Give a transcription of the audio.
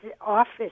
office